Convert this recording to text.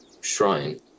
shrine